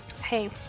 hey